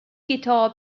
guitar